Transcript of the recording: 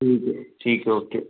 ठीक है ठीक है ओके